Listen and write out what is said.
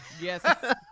Yes